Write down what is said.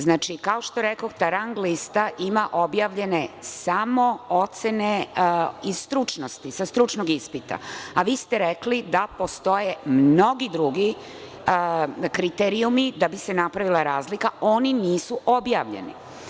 Znači, kao što rekoh, ta rang lista ima objavljene samo ocene sa stručnog ispita, a vi ste rekli da postoje mnogi drugi kriterijumi da bi se napravila razlika i oni nisu objavljeni.